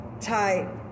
type